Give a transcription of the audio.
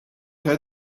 had